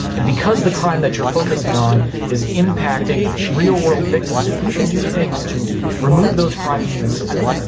and because the crime that you are focusing on is impacting real-world victims, if you can do things to remove those crimes from the system,